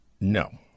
No